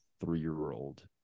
three-year-old